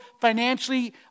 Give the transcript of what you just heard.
financially